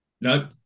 no